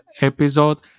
episode